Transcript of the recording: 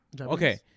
okay